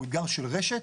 הוא אתגר של רשת,